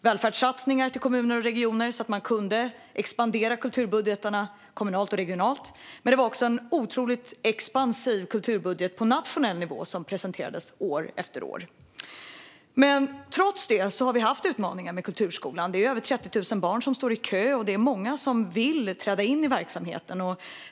Välfärdssatsningar i kommuner och regioner gjorde att man kunde expandera kulturbudgetarna kommunalt och regionalt, och det var också en otroligt expansiv kulturbudget på nationell nivå som presenterades år efter år. Men trots det har vi haft utmaningar med kulturskolan. Över 30 000 barn står i kö. Många vill träda in i verksamheten.